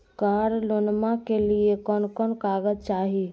कार लोनमा के लिय कौन कौन कागज चाही?